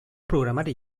programari